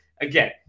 again